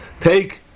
Take